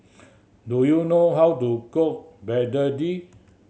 do you know how to cook begedil